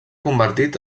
convertit